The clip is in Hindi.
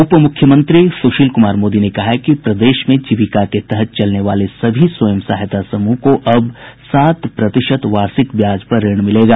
उप मुख्यमंत्री सुशील कुमार मोदी ने कहा है कि प्रदेश में जीविका के तहत चलने वाले सभी स्वयं सहायता समूह को अब सात प्रतिशत वार्षिक ब्याज पर ऋण मिलेगा